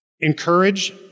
Encourage